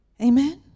Amen